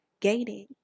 gaining